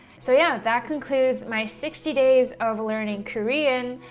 so yeah, that concludes my sixty days of learning korean,